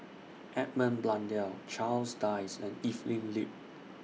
Edmund Blundell Charles Dyce and Evelyn Lip